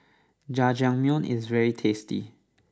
Jajangmyeon is very tasty